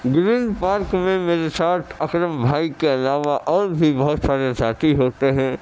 green Park میں میرے ساتھ اکرم بھائی کے علاوہ اور بھی بہت سارے ساتھی ہوتے ہیں